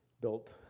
built